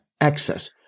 access